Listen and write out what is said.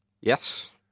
yes